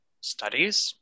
studies